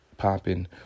popping